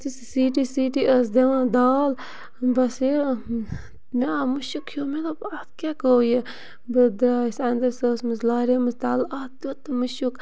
یُتھُے سُہ سیٖٹی سیٖٹی ٲس دِوان دال بَس یہِ مےٚ آو مُشُک ہیوٗ مےٚ دوٚپ اَتھ کیٛاہ گوٚو یہِ بہٕ درٛایَس سۄ ٲسمٕژ لاریمٕژ تَلہٕ اَتھ تیُتھ مُشُک